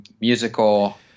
musical